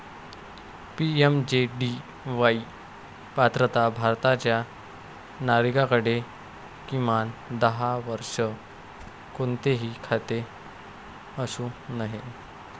PMJDY पात्रता भारताच्या नागरिकाकडे, किमान दहा वर्षे, कोणतेही खाते असू नये